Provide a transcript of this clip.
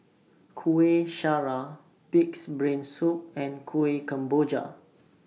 Kueh Syara Pig'S Brain Soup and Kuih Kemboja